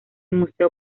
museo